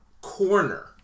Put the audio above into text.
corner